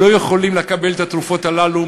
שלא יכולים לקבל את התרופות הללו,